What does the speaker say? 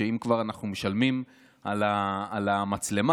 אם כבר אנחנו משלמים על המצלמה,